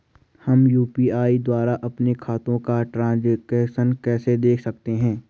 हम यु.पी.आई द्वारा अपने खातों का ट्रैन्ज़ैक्शन देख सकते हैं?